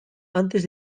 antes